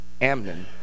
Amnon